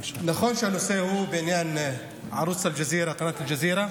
נכון שהנושא הוא בעניין ערוץ אל-ג'זירה.